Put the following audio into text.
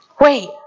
Wait